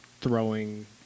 throwing